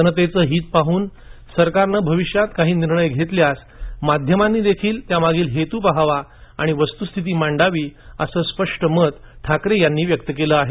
जनतेचे हित पाहूनच सरकारनं भविष्यात काही निर्णय घेतल्यास माध्यमांनी देखील त्यामागील हेतू पहावा आणि वस्तूस्थिती मांडावी असं स्पष्ट मत त्यांनी व्यक्त ठाकरे यांनी व्यक्त केलं आहे